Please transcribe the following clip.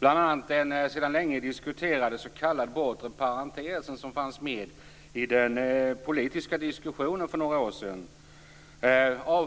Näringsministern avfärdar bl.a. den sedan länge diskuterade s.k. bortre parentesen, som fanns med i den politiska diskussionen för några år sedan.